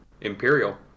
Imperial